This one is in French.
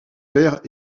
père